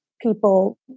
people